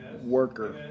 worker